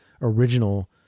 original